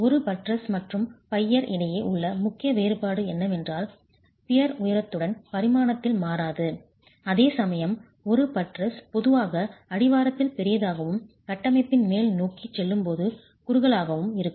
ஒரு பட்ரஸ் மற்றும் பையர் இடையே உள்ள முக்கிய வேறுபாடு என்னவென்றால் பியர் உயரத்துடன் பரிமாணத்தில் மாறாது அதேசமயம் ஒரு பட்ரஸ் பொதுவாக அடிவாரத்தில் பெரியதாகவும் கட்டமைப்பின் மேல் நோக்கிச் செல்லும்போது குறுகலாகவும் இருக்கும்